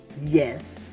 Yes